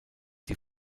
die